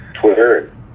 Twitter